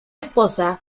esposa